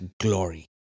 glory